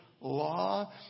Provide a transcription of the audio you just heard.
law